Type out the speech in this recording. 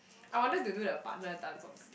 I wanted to do the partner dance onstage